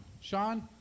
Sean